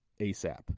ASAP